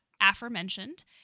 aforementioned